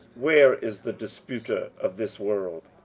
where is the disputer of this world?